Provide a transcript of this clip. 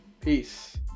Peace